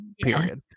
Period